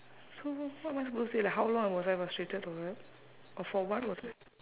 so what am I supposed to say like how long was I frustrated or what or for what was I